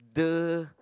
the